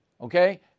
Okay